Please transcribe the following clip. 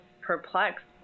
perplexed